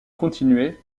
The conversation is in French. continuer